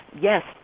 Yes